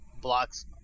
blocks